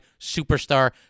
superstar